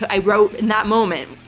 i wrote in that moment,